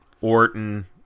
Orton